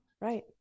Right